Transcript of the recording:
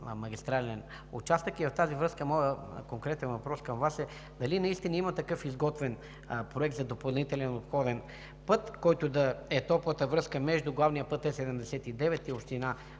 моят конкретен въпрос към Вас е: дали наистина има такъв изготвен проект за допълнителен обходен път, който да е топлата връзка между главен път Е-79 и община